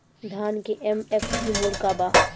धान के एम.एफ.सी मूल्य का बा?